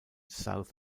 south